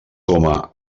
coma